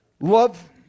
love